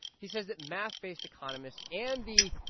he says that math-based economists and the,